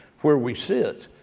where we sit.